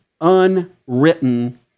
unwritten